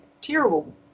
terrible